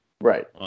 Right